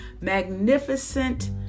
magnificent